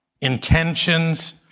intentions